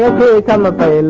pookomopro